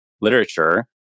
literature